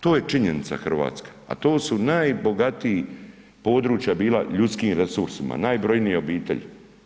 To je činjenica Hrvatska a to su najbogatija područja bila ljudskim resursima, najbrojnije obitelj.